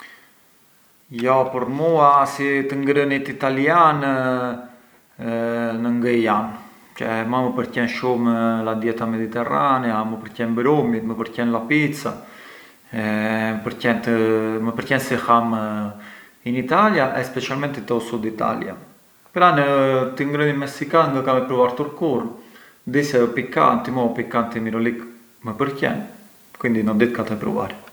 Tek e shtunia pincar Palermën, pincar u trafiku, pincar gjithë i makini çë ngë gjejën postexhu, tek e shtunia mënd zgjonesh një skaj më tardu përçë mankari siritinën më parë bure tardu, na do mënd flësh një skaj e mënd rilassaresh, però xha ke l’ansia përçë isht e jarrën e diellja e pran ë e hënia.